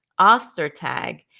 Ostertag